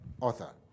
author